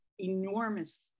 enormous